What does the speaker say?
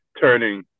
turning